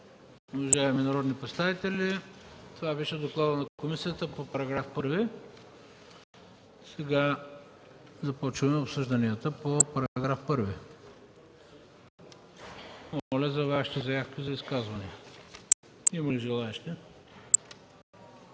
Уважаеми народни представители, това беше докладът на комисията по § 1. Сега започваме обсъжданията по него. Моля за Вашите заявки за изказвания. Има ли желаещи?